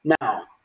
now